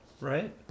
right